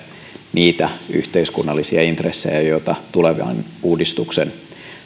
niitä yhteiskunnallisia intressejä joita tulevan uudistuksen